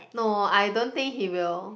no I don't think he will